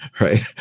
right